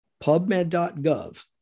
pubmed.gov